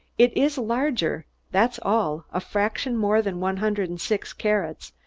it is larger, that's all a fraction more than one hundred and six carats,